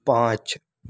پانچ